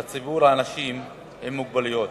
לציבור האנשים עם מוגבלויות.